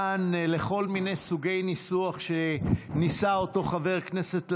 מיני סוגי ניסוח שניסה אותו חבר הכנסת להעביר,